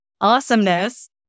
awesomeness